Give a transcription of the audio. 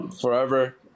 forever